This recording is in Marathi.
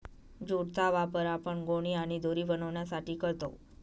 ज्यूट चा वापर आपण गोणी आणि दोरी बनवण्यासाठी करतो